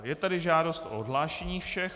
Je tady žádost o odhlášení všech.